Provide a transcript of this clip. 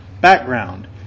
Background